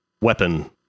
weapon